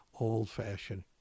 old-fashioned